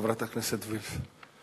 חברת הכנסת וילף,